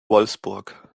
wolfsburg